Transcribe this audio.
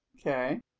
Okay